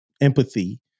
empathy